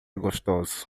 gostoso